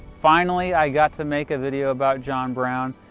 finally, i got to make a video about john brown.